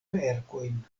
verkojn